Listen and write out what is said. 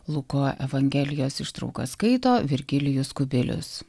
luko evangelijos ištrauką skaito virgilijus kubilius